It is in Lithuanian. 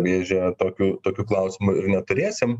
vėžę tokių tokių klausimų ir neturėsim